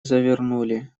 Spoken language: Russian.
завернули